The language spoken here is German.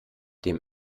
dem